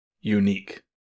unique